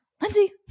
Lindsay